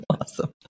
Awesome